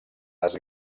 les